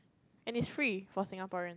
and it's free for Singaporean